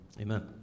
Amen